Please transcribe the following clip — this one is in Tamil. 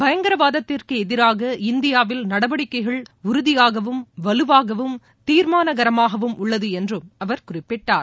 பயங்கரவாதத்திற்கு எதிராக இந்தியாவில் நடவடிக்கைகள் உறுதியாகவும் வலுவாகவும் தீர்மானகரமாகவும் உள்ளது என்றும் அவர் குறிப்பிட்டார்